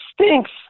stinks